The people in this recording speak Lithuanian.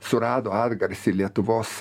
surado atgarsį lietuvos